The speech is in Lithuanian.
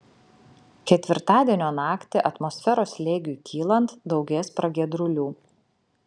ketvirtadienio naktį atmosferos slėgiui kylant daugės pragiedrulių